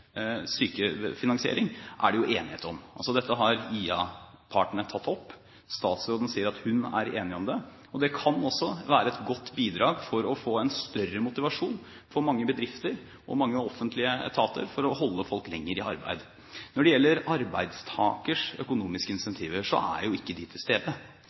er det jo enighet om – dette har IA-partene tatt opp, statsråden sier at hun er enig i det, og det kan også være et godt bidrag for å få en større motivasjon for mange bedrifter og mange offentlige etater for å holde folk lenger i arbeid. Når det gjelder arbeidstakers økonomiske incentiver, er jo ikke de til stede.